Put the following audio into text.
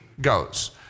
goes